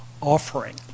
offering